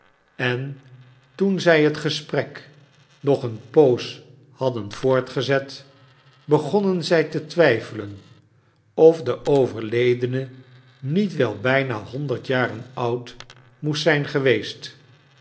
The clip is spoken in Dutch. en toen zij het gesprek nog eene poos hadden voortgezet begonnen zij te twijfejen of de overledene niet wel bijna honderd jaren oud moest zijn geweest